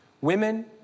women